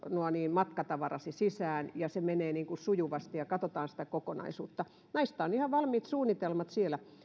matkatavarasi sisään ja se menee sujuvasti ja katsotaan sitä kokonaisuutta näistä on ihan valmiit suunnitelmat siellä